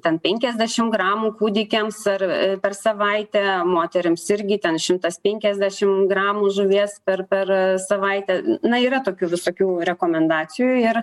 ten penkiasdešim gramų kūdikiams ar per savaitę moterims irgi ten šimtas penkiasdešim gramų žuvies per savaitę na yra tokių visokių rekomendacijų ir